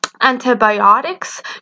Antibiotics